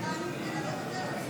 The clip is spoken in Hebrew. ההצבעה הבאה תהיה